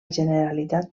generalitat